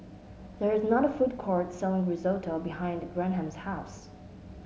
there is not food court selling Risotto behind Graham's house